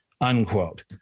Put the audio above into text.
Unquote